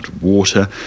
water